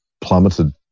plummeted